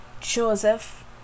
joseph